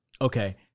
Okay